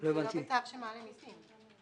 זה לא בצו שמעלה מסים.